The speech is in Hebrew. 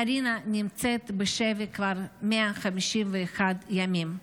קרינה נמצאת בשבי כבר 151 ימים.